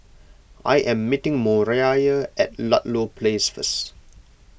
I am meeting Moriah at Ludlow Place first